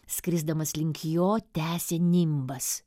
skrisdamas link jo tęsė nimbas